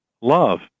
love